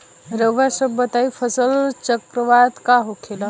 रउआ सभ बताई फसल चक्रवात का होखेला?